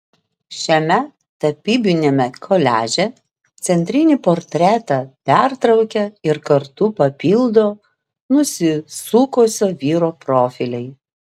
šiame tapybiniame koliaže centrinį portretą pertraukia ir kartu papildo nusisukusio vyro profiliai